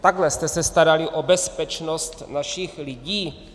Takhle jste se starali o bezpečnost našich lidí?